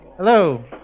Hello